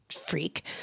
freak